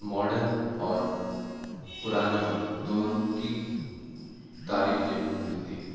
modern اور پرانے وقت دونوں کی تعریف دیکھنے کو ملتی ہے